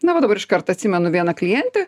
na va dabar iškart atsimenu vieną klientę